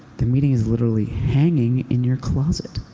the meeting is literally hanging in your closet.